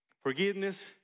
Forgiveness